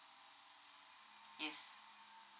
yes